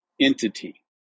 entity